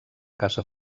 caça